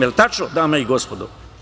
Je li tačno, dame i gospodo?